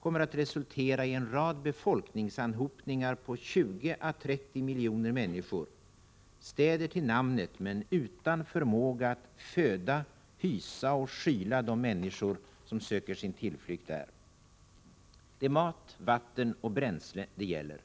kommer att resultera i en rad befolkningsanhopningar på 20-30 miljoner människor, städer till namnet men utan förmåga att föda, hysa och skyla de människor som söker sin tillflykt där. Det är mat, vatten och bränsle det gäller.